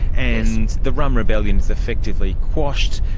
and the rum rebellion was effectively quashed,